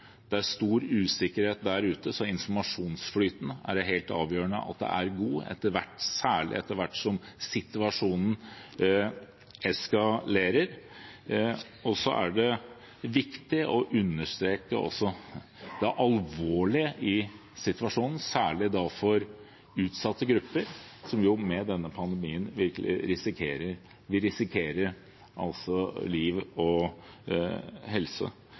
Det er stor usikkerhet der ute, så det er helt avgjørende at informasjonsflyten er god, særlig etter hvert som situasjonen eskalerer. Det er viktig å understreke det alvorlige i situasjonen, særlig for utsatte grupper, som med denne pandemien virkelig risikerer liv og helse. Og så må vi, både som storting og